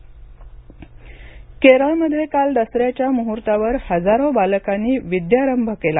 केरळ विद्यारंभ केरळमध्ये काल दसऱ्याच्या मुहूर्तावर हजारो बालकांनी विद्यारंभ केला